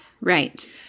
right